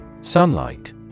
Sunlight